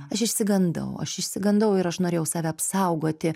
aš išsigandau aš išsigandau ir aš norėjau save apsaugoti